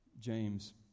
James